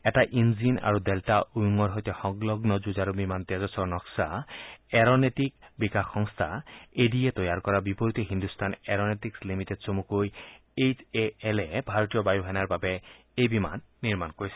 এটা ইঞ্জিন আৰু ডেল্টা উইংৰ সৈতে সংলগ্ন যুঁজাৰু বিমান তেজসৰ নক্সা এৰোনেটিক বিকাশ সংস্থা এ ডি এ তৈয়াৰ কৰাৰ বিপৰীতে হিন্দুস্তান এৰোনেটিক্স লিমিটেড চমুকৈ এইচ এ এলে ভাৰতীয় বায়ু সেনাৰ বাবে এই বিমান নিৰ্মাণ কৰিছে